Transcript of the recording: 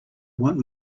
want